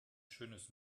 schönes